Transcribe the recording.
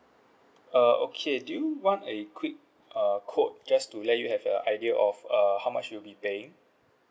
uh okay do you want a quick uh quote just to let you have a idea of uh how much will be paying